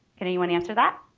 can anyone answer that